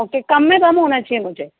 okay कम में कम होना चाहिए मुझे